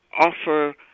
offer